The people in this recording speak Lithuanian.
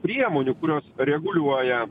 priemonių kurios reguliuoja